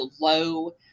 low